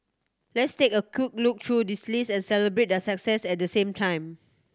let's take a quick look through the list and celebrate their success at the same time